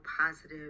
positive